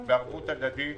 בערבות הדדית,